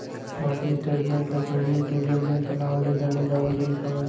भारतीय state bank ल पहिली इम्पीरियल बेंक के नांव ले जाने जावत रिहिस हवय